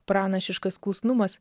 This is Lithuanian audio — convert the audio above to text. pranašiškas klusnumas